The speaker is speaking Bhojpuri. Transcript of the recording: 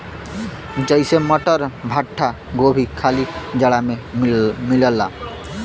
जइसे मटर, भुट्टा, गोभी खाली जाड़ा मे मिलला